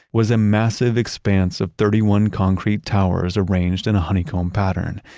was a massive expanse of thirty one concrete towers arranged in a honeycomb pattern.